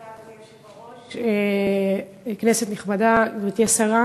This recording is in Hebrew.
אדוני היושב-ראש, תודה, כנסת נכבדה, גברתי השרה,